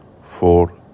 Four